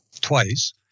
twice